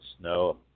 snow